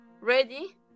Ready